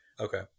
Okay